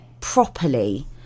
properly